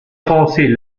récompenser